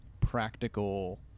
practical